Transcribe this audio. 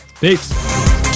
Peace